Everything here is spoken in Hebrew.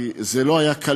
כי זה לא היה קל,